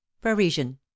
parisian